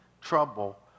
trouble